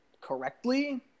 correctly